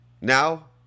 Now